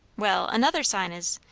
well, another sign is,